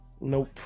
Nope